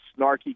snarky